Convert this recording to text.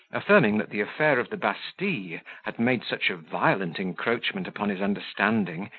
affirming that the affair of the bastille had made such a violent encroachment upon his understanding,